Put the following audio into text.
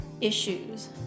issues